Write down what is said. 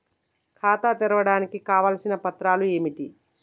ఖాతా తెరవడానికి కావలసిన పత్రాలు ఏమిటి?